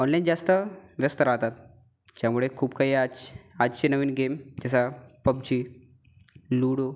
online जास्त व्यस्त राहतात ज्यामुळे खूप काही आज आजचे नवीन गेम जसा पबजी लुडो